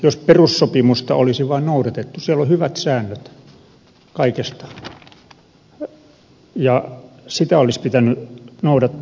jos perussopimusta olisi vain noudatettu siellä on hyvät säännöt kaikesta ja sitä olisi pitänyt noudattaa